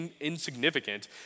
insignificant